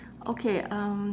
okay um